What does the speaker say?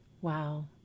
Wow